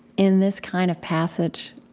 in this kind of passage